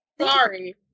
Sorry